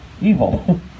evil